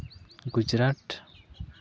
Gujarat